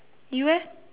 you leh